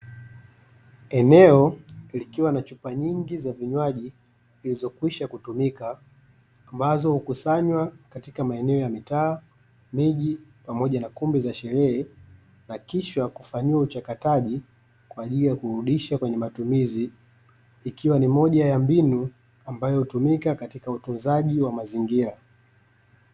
Eneo likiwa na chupa nyingi za vinywaji, zilivyokwisha kutumika ambazo hukusanywa katika maeneo ya mitaa, miji, pamoja na kumbi za sherehe, na kisha kufanyiwa uchakataji kwa ajili ya kurudisha kwenye matumizi ikiwa ni moja ya mbinu ambayo hutumika katika utunzaji wa mazingira.